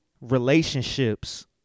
relationships